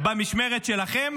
במשמרת שלכם